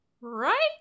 Right